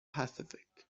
pacific